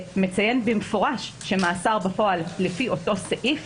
שמציין במפורש שמאסר בפועל לפי אותו סעיף